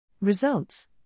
Results